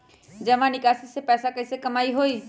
जमा निकासी से पैसा कईसे कमाई होई?